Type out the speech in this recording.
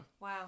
Wow